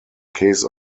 case